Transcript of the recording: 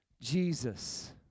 Jesus